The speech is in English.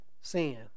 sin